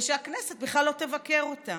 ושהכנסת בכלל לא תבקר אותה.